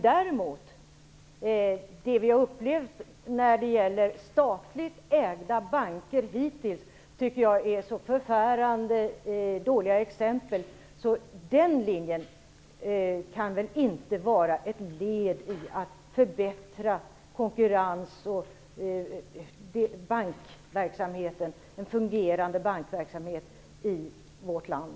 Men hittills är erfarenheterna av statligt ägda banker så förfärande dåliga exempel, så den linjen kan väl inte vara ett led i en förbättrad konkurrens och en fungerande bankverksamhet i vårt land.